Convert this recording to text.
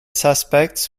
suspects